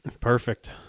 Perfect